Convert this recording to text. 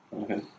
Okay